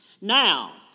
Now